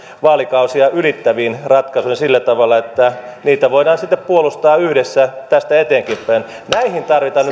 vaalikausia ylittäviin ratkaisuihin sillä tavalla että niitä voidaan sitten puolustaa yhdessä tästä eteenkinpäin näihin tarvitaan